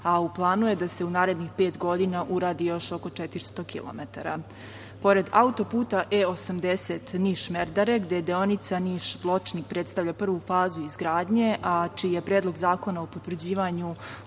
a u planu je da se u narednih pet godina uradi još oko 400 kilometara. Pored autoputa E-80 Niš-Merdare, gde je deonica Niš-Pločnik predstavlja prvu fazu izgradnje, a čiji je Predlog zakona o potvrđivanju